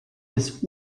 des